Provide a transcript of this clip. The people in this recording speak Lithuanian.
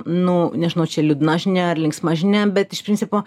nu nežinau čia liūdna žinia ar linksma žinia bet iš principo